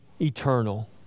eternal